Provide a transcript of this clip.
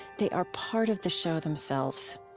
they are part of the show themselves.